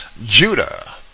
Judah